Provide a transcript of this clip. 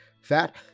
Fat